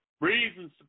Reasons